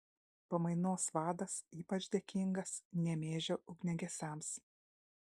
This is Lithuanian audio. pamainos vadas ypač dėkingas nemėžio ugniagesiams